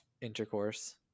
intercourse